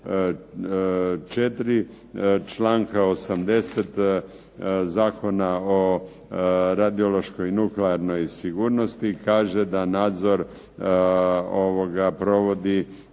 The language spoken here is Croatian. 4. članka 80. Zakona o radiološkoj i nuklearnoj sigurnosti kaže da nadzor ovoga provodi